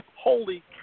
Holy